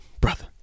brother